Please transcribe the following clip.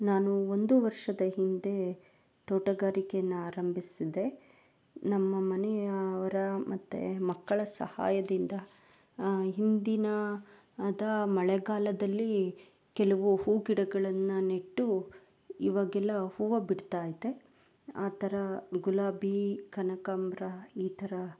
ನಾನು ಒಂದು ವರ್ಷದ ಹಿಂದೆ ತೋಟಗಾರಿಕೆಯನ್ನು ಆರಂಭಿಸಿದೆ ನಮ್ಮ ಮನೆಯ ಅವರ ಮತ್ತು ಮಕ್ಕಳ ಸಹಾಯದಿಂದ ಹಿಂದಿನ ದ ಮಳೆಗಾಲದಲ್ಲಿ ಕೆಲವು ಹೂವು ಗಿಡಗಳನ್ನು ನೆಟ್ಟು ಇವಾಗೆಲ್ಲಾ ಹೂವು ಬಿಡ್ತಾ ಐತೆ ಆ ಥರ ಗುಲಾಬಿ ಕನಕಾಂಬ್ರ ಈ ಥರ